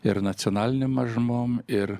ir nacionalinėm mažumom ir